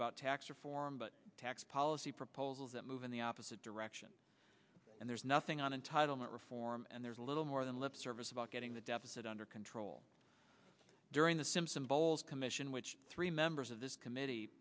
about tax reform but tax policy proposals that move in the opposite direction and there's nothing on entitlement reform and there's a little more than lip service about getting the deficit under control during the simpson bowles commission which three members of this committee